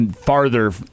farther